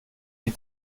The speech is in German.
die